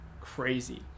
crazy